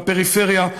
בפריפריה,